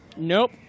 Nope